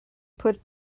put